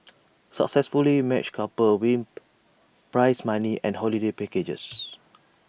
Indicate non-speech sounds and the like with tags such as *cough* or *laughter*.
*noise* successfully matched couples win prize money and holiday packages